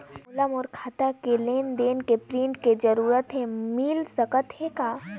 मोला मोर खाता के लेन देन के प्रिंट के जरूरत हे मिल सकत हे का?